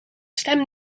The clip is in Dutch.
stem